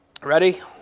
ready